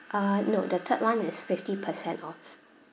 uh no the third one is fifty percent off